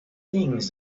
things